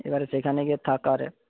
এবারে সেখানে গিয়ে থাকার